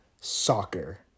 soccer